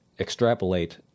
Extrapolate